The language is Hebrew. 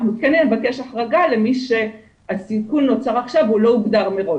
אנחנו כן נבקש החרגה למי שהסיכון נוצר עכשיו ולא הוגדר מראש.